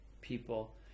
people